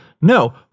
No